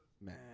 Man